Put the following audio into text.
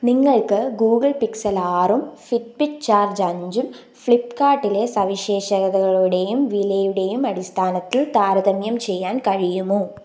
നിങ്ങൾക്ക് ഗൂഗിൾ പിക്സെലാറും Fitbit charge അഞ്ചും ഫ്ലിപ്പ്കാർട്ടിലെ സവിശേഷതകളുടെയും വിലയുടെയും അടിസ്ഥാനത്തിൽ താരതമ്യം ചെയ്യാൻ കഴിയുമോ